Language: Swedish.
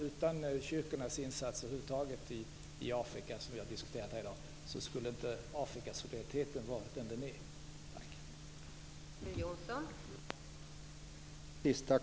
Utan kyrkornas insatser i Afrika, som vi har diskuterat här i dag, skulle inte Afrikasolidariteten ha varit den som den är.